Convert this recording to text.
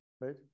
right